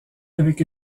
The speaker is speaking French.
avec